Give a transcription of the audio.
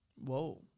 Whoa